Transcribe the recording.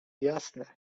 jasne